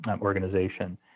organization